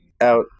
out